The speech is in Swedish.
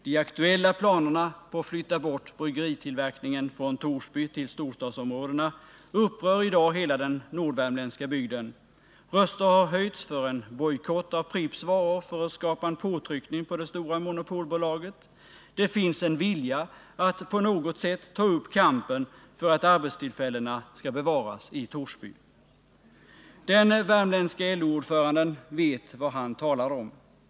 De aktuella planerna på att flytta bort bryggeritillverkningen från Torsby till storstadsområdena upprör i dag hela den nordvärmländska bygden. Röster har höjts för en bojkott av Pripps varor för att skapa en påtryckning på det stora monopolbolaget. Det finns en vilja att på något sätt ta upp kampen för att arbetstillfällena skall bevaras i Torsby. Den värmländske LO-ordföranden vet vad han talar om.